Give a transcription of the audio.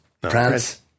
Prance